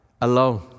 alone